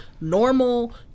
normal